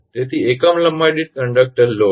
તેથી એકમ લંબાઈ દીઠ કંડકટર લોડ